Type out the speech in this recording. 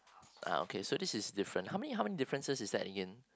well okay so this is different how many how many differences is that again